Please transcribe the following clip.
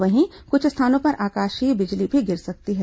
वहीं क्छ स्थानों पर आकाशीय बिजली भी गिर सकती है